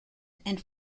and